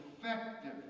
effective